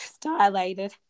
dilated